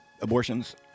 abortions